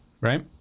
right